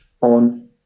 on